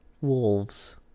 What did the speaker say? wolves